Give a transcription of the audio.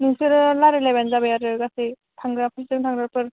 नोंसोरो रायलायलायबानो जाबाय आरो गासै थांग्राफोरजों थांग्राफोर